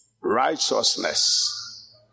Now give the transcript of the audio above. righteousness